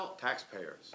Taxpayers